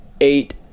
eight